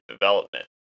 development